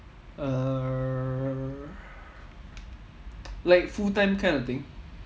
err like full time kind of thing